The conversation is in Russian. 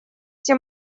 все